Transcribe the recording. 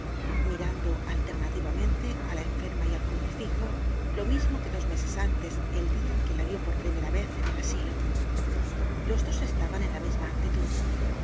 mirando alternativamente á la enferma y al crucifijo lo mismo que dos meses antes el dia en que la vió por primera vez en el asilo los dos estaban en la misma actitud